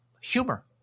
humor